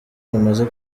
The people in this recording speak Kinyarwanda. bamaze